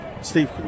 Steve